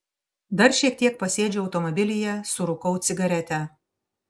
dar šiek tiek pasėdžiu automobilyje surūkau cigaretę